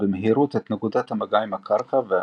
במהירות את נקודות המגע עם הקרקע והצידה.